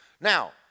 Now